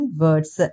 words